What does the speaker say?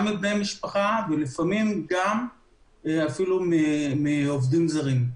גם מבני משפחה ולפעמים גם מעובדים זרים.